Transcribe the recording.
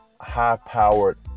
high-powered